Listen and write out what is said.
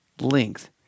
length